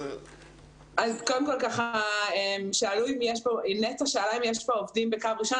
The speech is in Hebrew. אז קודם כל נטע שאלה אם יש פה עובדים בקו ראשון,